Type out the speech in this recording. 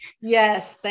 Yes